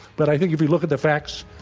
but i think, if you look at the facts,